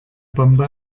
bombe